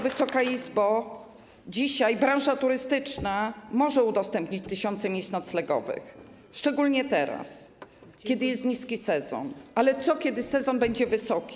Wysoka Izbo, dzisiaj branża turystyczna może udostępnić tysiące miejsc noclegowych, szczególnie teraz, kiedy jest niski sezon, ale co wtedy, kiedy będzie wysoki sezon?